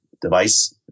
device